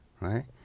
right